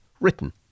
written